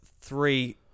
three